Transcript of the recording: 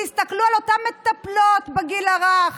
תסתכלו על אותן מטפלות בגיל הרך,